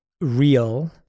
real